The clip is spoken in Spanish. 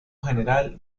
general